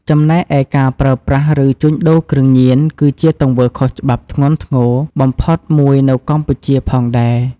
ចំណែកឯការប្រើប្រាស់ ឬជួញដូរគ្រឿងញៀនគឺជាទង្វើខុសច្បាប់ធ្ងន់ធ្ងរបំផុតមួយនៅកម្ពុជាផងដែរ។